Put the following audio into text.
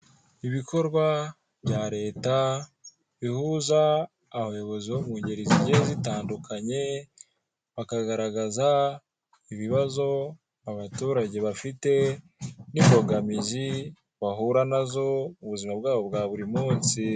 Ibikorwa bya leta, bihuza abayobozi bo mu ngeri zigiye zitandukanye, bakagaragaza ibibazo abaturage bafite n'imbogamizi bahura nazo, mu buzima bwabo bwa buri munsi.